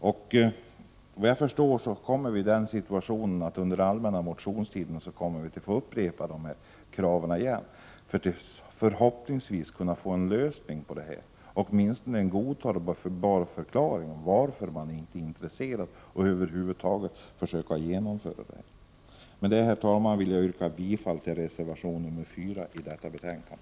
Såvitt jag förstår kommer vpk under den allmäna motionstiden att få upprepa dessa krav för att kunna få en lösning på detta problem eller åtminstone få en godtagbar förklaring till varför utskottet inte är intresserat av att genomföra denna reform. Herr talman! Med det anförda yrkar jag bifall till reservation 4 i detta betänkande.